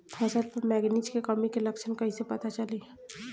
फसल पर मैगनीज के कमी के लक्षण कइसे पता चली?